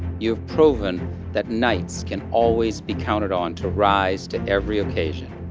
you have proven that knights can always be counted on to rise to every occasion,